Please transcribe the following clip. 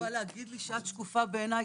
את יוכל להגיד שאת שקופה בעיני?